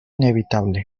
inevitable